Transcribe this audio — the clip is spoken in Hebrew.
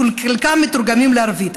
וחלקם מתורגמים לערבית.